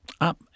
up